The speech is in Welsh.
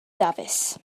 dafis